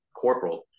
corporal